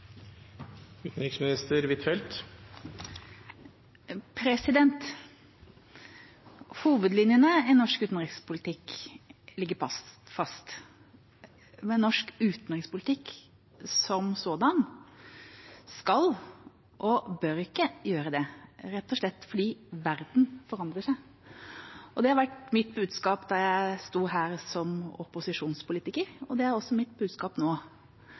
Hovedlinjene i norsk utenrikspolitikk ligger fast, men norsk utenrikspolitikk som sådan skal og bør ikke gjøre det rett og slett fordi verden forandrer seg. Det var mitt budskap da jeg sto her som opposisjonspolitiker, og det er også mitt budskap nå.